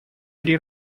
три